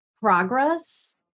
progress